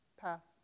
pass